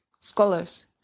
scholars